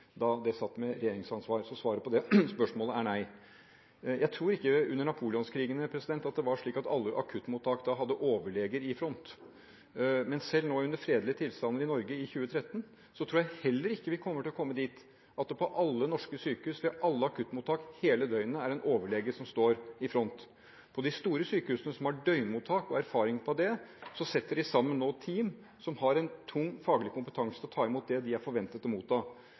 da det satt med regjeringsansvar. Så svaret på det spørsmålet er nei. Jeg tror ikke at det under Napoleonskrigene var slik at alle akuttmottak hadde overleger i front. Men selv nå, under fredelige tilstander i Norge i 2013, tror jeg heller ikke vi kommer til å komme dit at det på alle norske sykehus ved alle akuttmottak hele døgnet er en overlege som står i front. På de store sykehusene som har døgnmottak og erfaring med det, setter de nå sammen team som har en tung faglig kompetanse til å ta imot det de er forventet å motta.